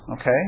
Okay